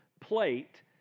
plate